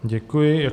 Děkuji.